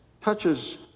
touches